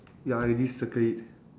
ya it is circle it